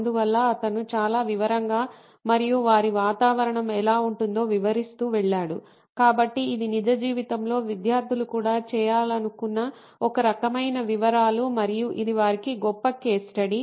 అందువల్ల అతను చాలా వివరంగా మరియు వారి వాతావరణం ఎలా ఉంటుందో వివరిస్తూ వెళ్ళాడు కాబట్టి ఇది నిజ జీవితంలో విద్యార్థులు కూడా చేయాలనుకున్న ఒక రకమైన వివరాలు మరియు ఇది వారికి గొప్ప కేస్ స్టడీ